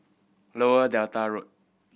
Lower Delta Road